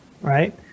right